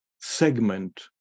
segment